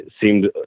seemed